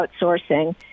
outsourcing